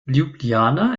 ljubljana